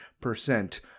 percent